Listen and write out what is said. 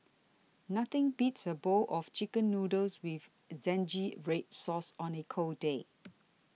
nothing beats a bowl of Chicken Noodles with Zingy Red Sauce on a cold day